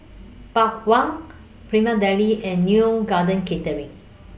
Bawang Prima Deli and Neo Garden Catering